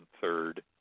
third